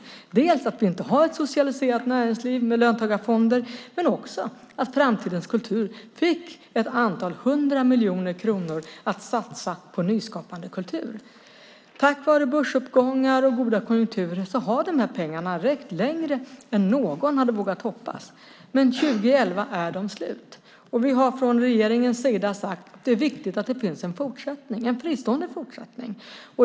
Det gäller dels att vi inte har ett socialiserat näringsliv med löntagarfonder, dels att Framtidens kultur fick ett antal hundra miljoner kronor att satsa på nyskapande kultur. Tack vare börsuppgångar och goda konjunkturer har pengarna räckt längre än någon hade vågat hoppas, men 2011 är de slut. Vi har från regeringens sida sagt att det är viktigt att det finns en fristående fortsättning.